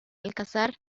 alcázar